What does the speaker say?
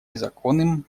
незаконным